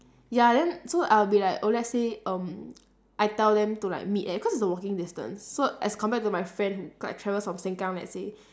ya then so I'll be like oh let's say um I tell them to like meet at cause it's a walking distance so as compared to my friend who travels from sengkang let's say